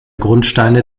grundsteine